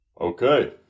Okay